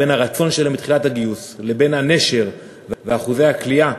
בין הרצון שלהם בתחילת הגיוס לבין הנשר ואחוזי הכליאה,